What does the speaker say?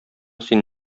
син